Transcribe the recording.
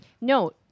No